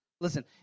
Listen